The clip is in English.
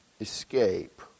escape